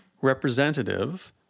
representative